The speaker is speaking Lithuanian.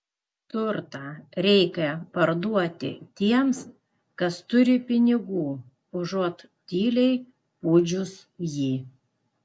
turtą reikia parduoti tiems kas turi pinigų užuot tyliai pūdžius jį